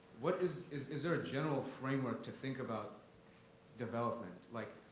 what is is is there a general framework to think about development, like?